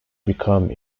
become